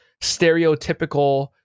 stereotypical